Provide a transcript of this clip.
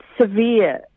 severe